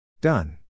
Done